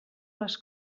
les